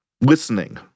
Listening